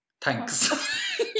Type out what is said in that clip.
Thanks